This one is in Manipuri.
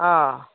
ꯑꯥ